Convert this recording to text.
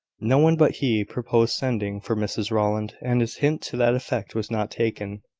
no one but he proposed sending for mrs rowland and his hint to that effect was not taken.